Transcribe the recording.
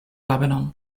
lebanon